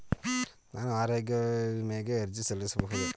ನಾನು ಆರೋಗ್ಯ ವಿಮೆಗೆ ಅರ್ಜಿ ಸಲ್ಲಿಸಬಹುದೇ?